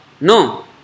No